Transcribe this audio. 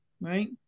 right